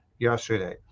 yesterday